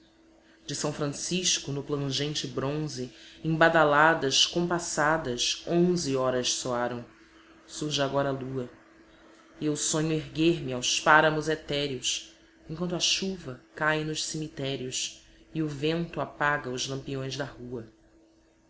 de são francisco no plangente bronze em badaladas compassadas onze horas soaram surge agora a lua e eu sonho erguer me aos páramos etéreos enquanto a chuva cai nos cemitérios e o vento apaga os lampiões da rua